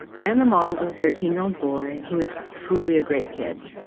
i am the mom of a thirteen year old boy who is truly a great kid.